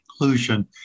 inclusion